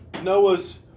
Noah's